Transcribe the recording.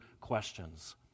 questions